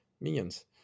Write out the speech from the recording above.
Minions